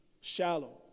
shallow